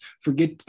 forget